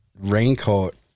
raincoat